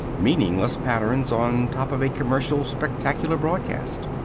meaningless patterns on top of a commercial spectacular broadcast.